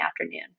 afternoon